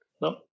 No